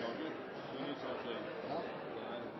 løysing, har ein